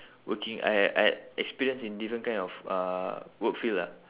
working I had I had experience in different kind of uh work field lah